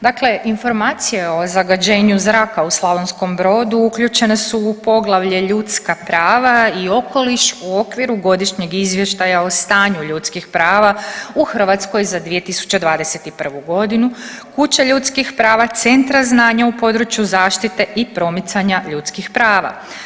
Dakle informacije o zagađenju zraka u Slavonskom Brodu uključena su u poglavlje ljudska prava i okoliš u okviru godišnjeg izvještaja o stanju ljudskih prava u Hrvatskoj za 2021. godinu, kuća ljudskih prava, centra znanja u području zaštite i promicanja ljudskih prava.